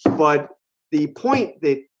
but the point that